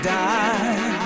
die